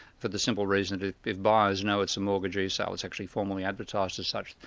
for the simple reason that if if buyers know it's a mortgagee sale it's actually formally advertised as such,